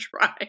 try